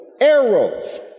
arrows